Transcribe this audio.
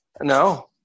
No